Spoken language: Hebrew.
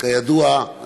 כידוע,